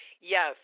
Yes